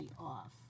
off